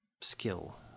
skill